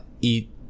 eat